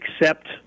accept